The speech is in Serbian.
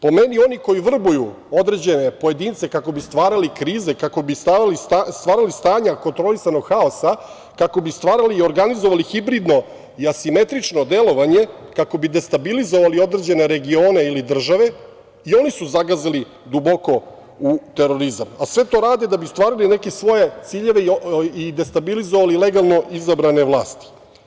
Po meni, oni koji vrbuju određene pojedince kako bi stvarali krize, kako bi stvarali stanja kontrolisanog haosa, kako bi stvarali i organizovali hibridno i asimetrično delovanje, kako bi destabilizovali određene regione ili države i oni su zagazili duboko u terorizam, a sve to rade da bi stvarali neke svoje ciljeve i destabilizovali legalno izabrane vlasti.